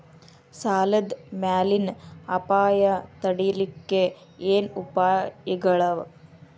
ಸಾಲದ್ ಮ್ಯಾಲಿನ್ ಅಪಾಯ ತಡಿಲಿಕ್ಕೆ ಏನ್ ಉಪಾಯ್ಗಳವ?